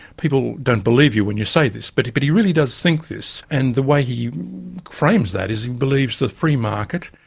people don't believe you when you say this but he but he really does think this. and the way he frames that is he believes the free market,